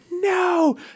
no